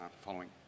following